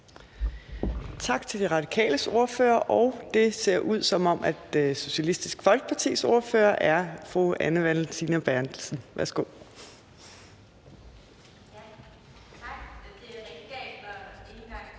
Tak til De Radikales ordfører. Og det ser ud, som om Socialistisk Folkepartis ordfører er fru Anne Valentina Berthelsen. Værsgo.